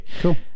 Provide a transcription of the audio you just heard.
Cool